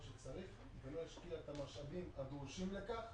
שצריך ולא שחררה את המשאבים הדרושים לכך